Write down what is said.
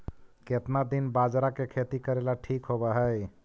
केतना दिन बाजरा के खेती करेला ठिक होवहइ?